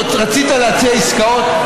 רצית להציע עסקאות?